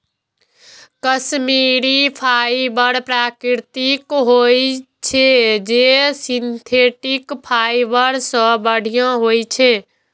Kashmiri fibre प्राकृतिक होइ छै, जे सिंथेटिक फाइबर सं बढ़िया होइ छै